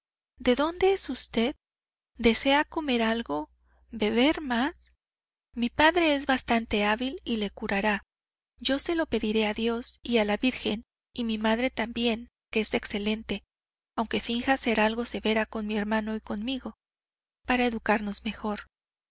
de dónde es usted desea comer algo beber más mi padre es bastante hábil y le curará yo se lo pediré a dios y a la virgen y mi madre también que es excelente aunque finja ser algo severa con mi hermano y conmigo para educarnos mejor